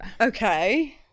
okay